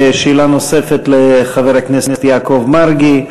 שאלה נוספת לחבר הכנסת יעקב מרגי.